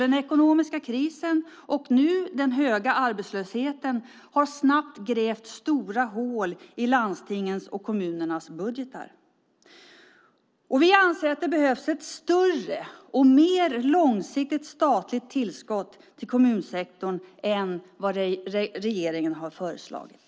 Den ekonomiska krisen och den nu höga arbetslösheten har snabbt grävt stora hål i landstingens och kommunernas budgetar. Vi anser att det behövs ett större och mer långsiktigt statligt tillskott till kommunsektorn än vad regeringen har föreslagit.